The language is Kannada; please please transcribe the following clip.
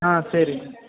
ಹಾಂ ಸರಿ